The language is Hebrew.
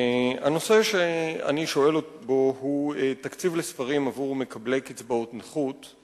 הנושא שאני שואל בו הוא תקציב לספרים עבור מקבלי קצבאות נכות.